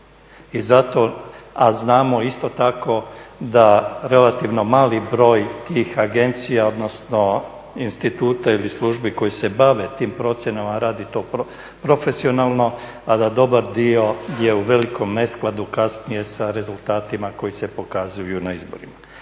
I zato, a znamo isto tako da relativno mali broj tih agencija, odnosno instituta ili službi koji se bave tim procjenama radi to profesionalno, a da dobar dio je u velikom neskladu kasnije sa rezultatima koji se pokazuju na izborima.